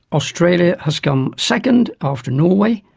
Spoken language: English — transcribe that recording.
australia has come second after norway,